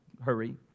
hurry